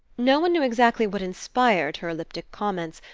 no one knew exactly what inspired her elliptic comments,